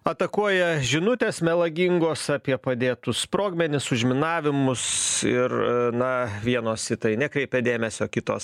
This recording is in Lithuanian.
atakuoja žinutės melagingos apie padėtus sprogmenis užminavimus ir na vienos į tai nekreipia dėmesio kitos